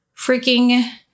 Freaking